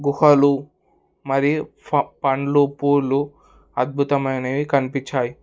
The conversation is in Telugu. గుహలు మరియు పండ్లు పూలు అద్భుతమైనవి కనిపించాయి